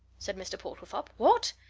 said mr. portlethorpe. what?